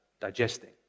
digesting